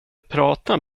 prata